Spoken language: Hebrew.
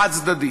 חד-צדדית?